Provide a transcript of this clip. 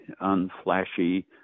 unflashy